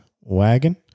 wagon